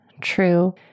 true